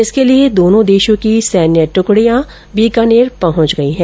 इसके लिए दोनों देशों की सैन्य ट्कड़ियां बीकानेर पहुंच गई हैं